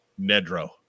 Nedro